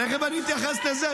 --- תכף אני אתייחס לזה.